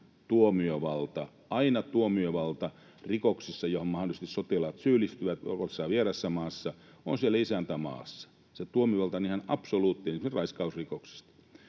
tuomiovalta — aina tuomiovalta — rikoksissa, joihin mahdollisesti sotilaat syyllistyvät ollessaan vieraassa maassa, on siellä isäntämaassa. Se tuomiovalta on ihan absoluuttinen, esimerkiksi raiskausrikoksista.